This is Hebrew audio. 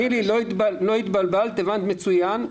נילי, לא התבלבלת, הבנת מצוין.